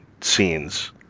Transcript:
scenes